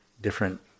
different